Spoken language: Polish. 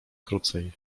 krócej